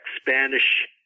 Spanish